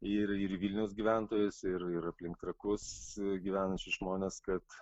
ir į vilniaus gyventojus ir ir aplink trakus gyvenančius žmones kad